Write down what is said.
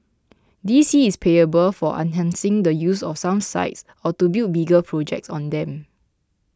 D C is payable for enhancing the use of some sites or to build bigger projects on them